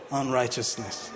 unrighteousness